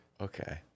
okay